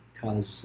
college